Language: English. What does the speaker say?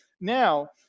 now